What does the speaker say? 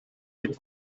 хэд